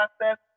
process